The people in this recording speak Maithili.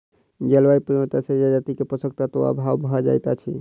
जलवायु परिवर्तन से जजाति के पोषक तत्वक अभाव भ जाइत अछि